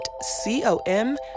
C-O-M